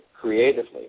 creatively